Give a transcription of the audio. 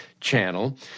channel